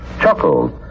Chuckles